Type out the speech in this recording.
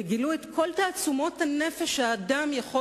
וגילו את כל תעצומות הנפש שאדם יכול